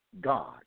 God